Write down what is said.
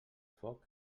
foc